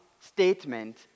statement